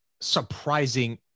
surprising